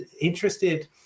interested